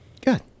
Good